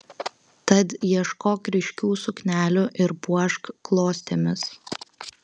tad ieškok ryškių suknelių ir puošk klostėmis